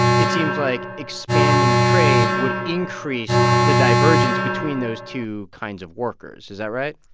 it seems like expanding trade would increase the divergence between those two kinds of workers. is that right?